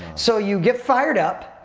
so you get fired up,